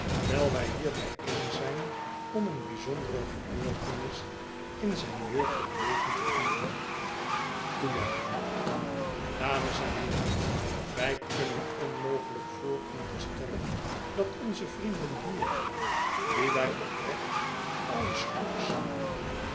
wijl wij hier byeen zijn om een bijzondere gebeurtenis in zijn jeugdig leven te vieren toejuichingen dames en heeren wij kunnen onmogelijk vooronderstellen dat onze vrienden hier wie wij opreeht alles goeds